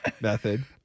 method